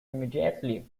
immediately